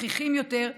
שכיחים יותר,